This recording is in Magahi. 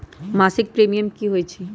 मासिक प्रीमियम की होई छई?